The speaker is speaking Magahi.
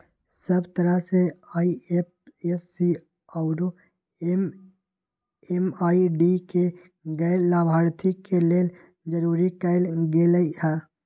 सब तरह से आई.एफ.एस.सी आउरो एम.एम.आई.डी के गैर लाभार्थी के लेल जरूरी कएल गेलई ह